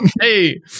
Hey